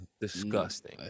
Disgusting